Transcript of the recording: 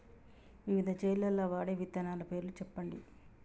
వివిధ చేలల్ల వాడే విత్తనాల పేర్లు చెప్పండి?